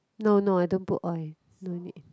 no no I don't put oil no need